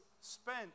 spent